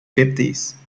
fifties